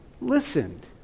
listened